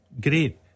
great